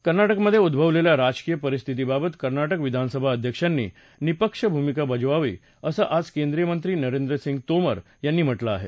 कर्नाटकमधे उड्रवलेल्या राजकीय परिस्थितीबाबत कर्नाटक विधानसभा अध्यक्षांनी निपक्ष भूमिका बजवावी असं आज केंद्रीय मंत्री नरेंद्र सिंग तोमर यांनी म्हटलं आहे